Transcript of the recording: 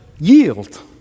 yield